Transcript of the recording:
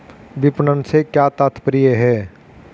विपणन से क्या तात्पर्य है?